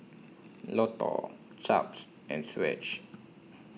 Lotto Chaps and Swatch